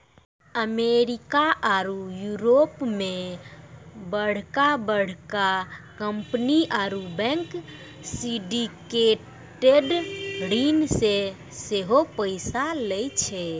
America आरु यूरोपो मे बड़का बड़का कंपनी आरु बैंक सिंडिकेटेड ऋण से सेहो पैसा लै छै